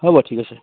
হ'ব ঠিক আছে